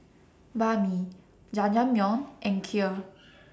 Banh MI Jajangmyeon and Kheer